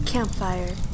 Campfire